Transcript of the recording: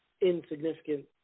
insignificant